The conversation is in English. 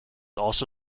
also